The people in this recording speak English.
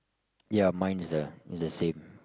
ya mine is the is the same